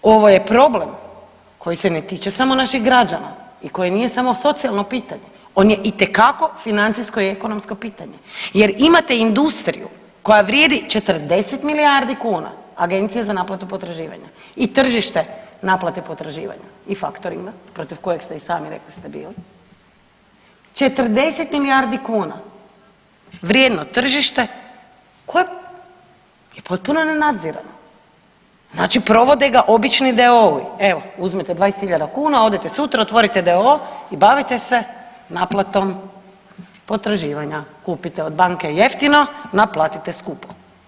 Ovo je problem koji se ne tiče samo naših građana i koji nije samo socijalno pitanje, on je itekako financijsko i ekonomsko pitanje jer imate industriju koja vrijedi 40 milijardi kuna Agencija za naplatu potraživanja i tržište naplate potraživanja i faktoringa protiv kojeg ste i sami rekli ste bili 40 milijardi kuna vrijedno tržište koje je potpuno nenadzirano, znači provode ga obični d.o.o.-i. Evo, uzmete 20 hiljada kuna, odete sutra, otvorite d.o.o. i bavite se naplatom potraživanja, kupite od banke jeftino, naplatite skupo.